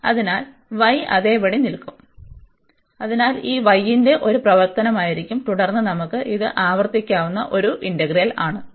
അതിനാൽ y അതേപടി നിലനിൽക്കും അതിനാൽ ഇത് y ന്റെ ഒരു പ്രവർത്തനമായിരിക്കും തുടർന്ന് നമുക്ക് ഇത് ആവർത്തിക്കാവുന്ന ഒരു ഇന്റെഗ്രലാണ്